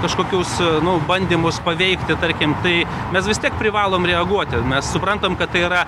kažkokius nu bandymus paveikti tarkim tai mes vis tiek privalom reaguoti mes suprantam kad tai yra